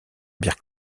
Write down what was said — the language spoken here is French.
pierre